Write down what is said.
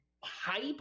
hype